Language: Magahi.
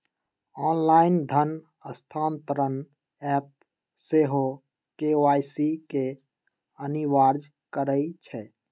ऑनलाइन धन स्थानान्तरण ऐप सेहो के.वाई.सी के अनिवार्ज करइ छै